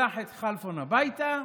שלח את כלפון הביתה,